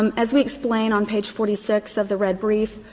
um as we explain on page forty six of the red brief,